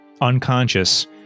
unconscious